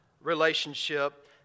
relationship